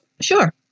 Sure